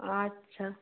আচ্ছা